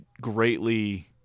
greatly